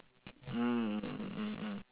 mm mm mm mm mm